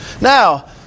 Now